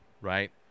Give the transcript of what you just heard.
right